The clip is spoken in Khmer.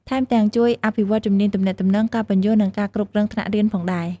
ថែមទាំងជួយអភិវឌ្ឍជំនាញទំនាក់ទំនង ការពន្យល់ និងការគ្រប់គ្រងថ្នាក់រៀនផងដែរ។